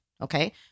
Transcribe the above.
Okay